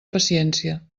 paciència